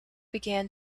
began